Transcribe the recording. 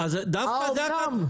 האמנם?